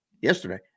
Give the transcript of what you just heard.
yesterday